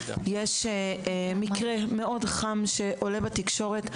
יש איזה שהוא מקרה מאוד ׳חם׳ שעולה בתקשורת.